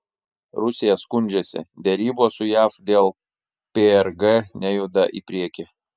rusija skundžiasi derybos su jav dėl prg nejuda į priekį